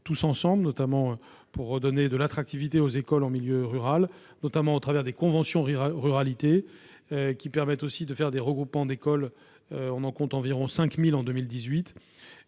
tous ensemble, notamment pour redonner de l'attractivité aux écoles en milieu rural, au travers par exemple des conventions de ruralité, qui permettent aussi de faire des regroupements d'écoles- on en compte environ 5 000 en 2018.